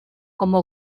como